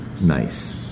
nice